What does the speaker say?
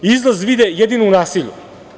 Izlaz vide jedino u nasilju.